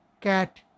cat